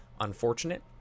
unfortunate